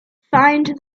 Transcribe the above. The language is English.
find